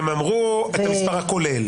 הם אמרו את המספר הכולל